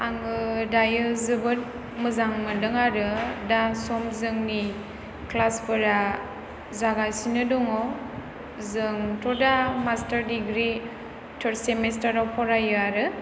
आङो दायो जोबोद मोजां मोनदों आरो दा सम जोंनि क्लास फोरा जागासिनो दङ जोंथ' दा मास्टार दिग्रि थार्द सेमेस्टाराव फरायो आरो